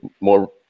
more